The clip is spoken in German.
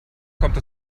kommt